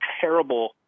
terrible